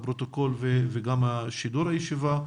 הפרוטוקול וגם שידור הישיבה,